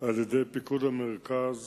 על-ידי פיקוד המרכז